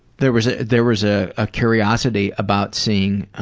there was a, there was a a curiosity about seeing